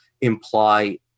imply